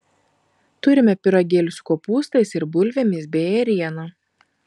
turime pyragėlių su kopūstais ir bulvėmis bei ėriena